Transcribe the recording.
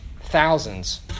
thousands